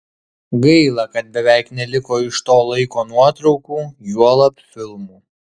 gaila kad beveik neliko iš to laiko nuotraukų juolab filmų